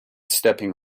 stepping